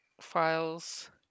Files